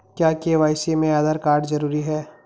क्या के.वाई.सी में आधार कार्ड जरूरी है?